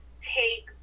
take